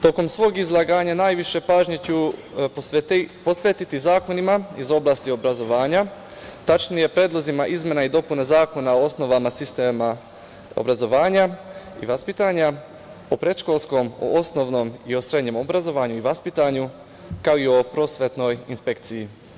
Tokom svog izlaganja najviše pažnje ću posvetiti zakonima iz oblasti obrazovanja, tačnije predlozima izmena i dopuna zakona o osnovama sistema obrazovanja i vaspitanja o predškolskom, osnovnom i srednjem obrazovanju i vaspitanju, kao i o prosvetnoj inspekciji.